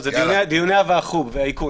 זה מדיוני ועחו"ב על האיכון.